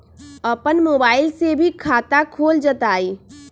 अपन मोबाइल से भी खाता खोल जताईं?